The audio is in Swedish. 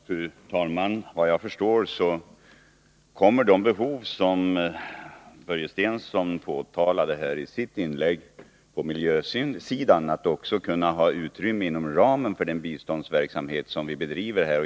Fru talman! Vad jag förstår kommer de behov på miljösidan som Börje Stensson påtalade i sitt inlägg att ha utrymme inom den biståndsverksamhet som vi bedriver.